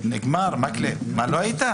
רק אני אגיד לפרוטוקול שהתיקונים הם אלה: בסעיף 3(א)